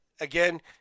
again